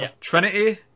Trinity